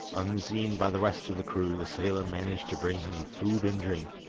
unseen by the rest of the crew the sailor managed to bring him food and drink,